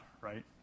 right